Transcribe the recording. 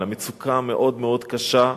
על המצוקה המאוד מאוד קשה,